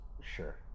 sure